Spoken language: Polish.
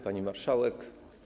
Pani Marszałek!